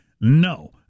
No